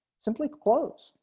simply close.